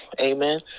Amen